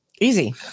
Easy